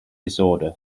disorder